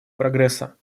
прогресса